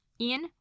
Ian